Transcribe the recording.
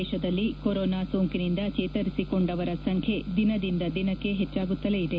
ದೇಶದಲ್ಲಿ ಕೊರೊನಾ ಸೋಂಕಿನಿಂದ ಚೇತರಿಸಿಕೊಂಡವರ ಸಂಖ್ಯೆ ದಿನದಿಂದ ದಿನಕ್ಕೆ ಹೆಚ್ಚಾಗುತ್ತಲೇ ಇದೆ